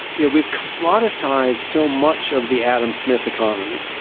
yeah we've commoditized so much of the adam smith economy.